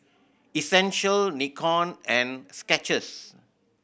Essential Nikon and Skechers